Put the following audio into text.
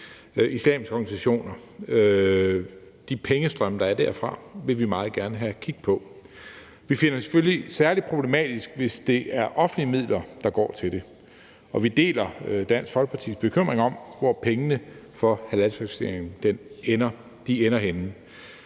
islamiske organisationer. De pengestrømme, der er derfra, vil vi meget gerne have kig på. Vi finder det selvfølgelig særlig problematisk, hvis det er offentlige midler, der går til det, og vi deler Dansk Folkepartis bekymring om, hvor pengene fra halalcertificeringen ender henne.